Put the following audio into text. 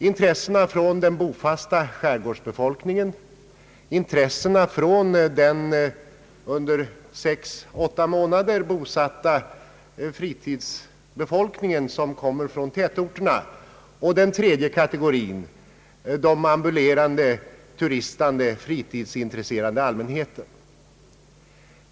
Det gäller att ta hänsyn till den bofasta skärgårdsbefolkningen, det gäller att ta hänsyn till den under sex—åtta månader av året där bosatta fritidsbefolkningen som kommer från tätorterna, och det gäller slutligen att ta hänsyn till den tredje kategorin, nämligen de ambulerande fritidsintresserade turisterna.